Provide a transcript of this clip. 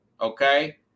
Okay